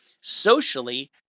socially